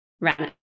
ran